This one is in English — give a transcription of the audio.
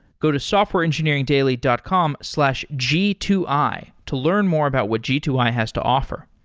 go to softwareengineeringdaily dot com slash g two i to learn more about what g two i has to offer.